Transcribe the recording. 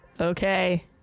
Okay